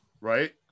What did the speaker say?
Right